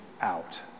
out